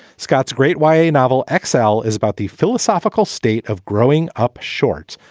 scott's great y a. novel, exile, is about the philosophical state of growing up short.